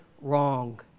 wrong